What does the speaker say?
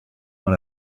dans